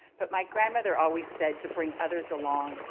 but my grandmother always said to bring others along.